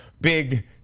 big